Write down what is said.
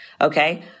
okay